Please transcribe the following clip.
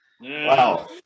Wow